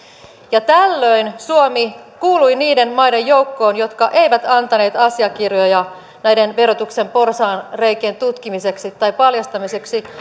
tällöin suomi kuului niiden maiden joukkoon jotka eivät antaneet asiakirjoja näiden verotuksen porsaanreikien tutkimiseksi tai paljastamiseksi